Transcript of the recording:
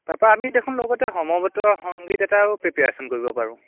তাৰপৰা আমি দেখোন লগতে সমবেত সংগীত এটাও প্ৰিপেৰেশ্যন কৰিব পাৰোঁ